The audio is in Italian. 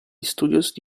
studios